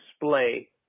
display